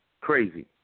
crazy